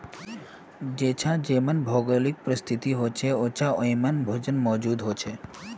जेछां जे भौगोलिक परिस्तिथि होछे उछां वहिमन भोजन मौजूद होचे